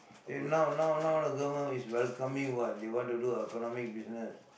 eh now now now the government is welcoming what they want to do economic business